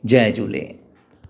जय झूले